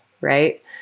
Right